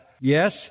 Yes